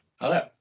Hello